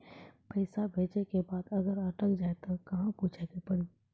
पैसा भेजै के बाद अगर अटक जाए ता कहां पूछे के पड़ी?